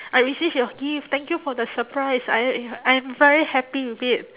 I received your gift thank you for the surprise I I'm very happy with it